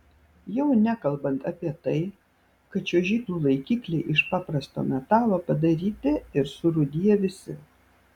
jau nekalbant apie tai kad čiuožyklų laikikliai iš paprasto metalo padaryti ir surūdiję visi